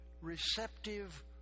receptive